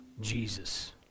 Jesus